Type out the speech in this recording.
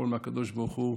הכול מהקדוש ברוך הוא,